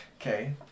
Okay